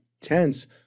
tense